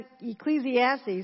ecclesiastes